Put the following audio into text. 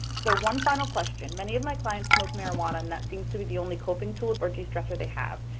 so one final question many of my clients smoke marijuana and that seems to be the only coping tool or destressor they have.